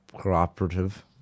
cooperative